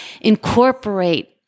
incorporate